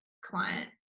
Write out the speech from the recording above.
client